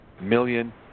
million